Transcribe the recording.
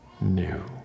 new